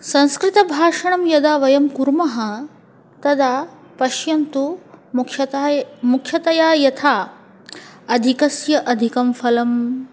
संस्कृतभाषणं यदा वयं कुर्मः तदा पश्यन्तु मुख्यतः मुख्यतया यथा अधिकस्य अधिकं फलम्